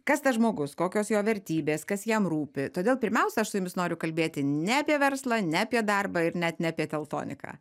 kas tas žmogus kokios jo vertybės kas jam rūpi todėl pirmiausia aš su jumis noriu kalbėti ne apie verslą ne apie darbą ir net ne apie teltoniką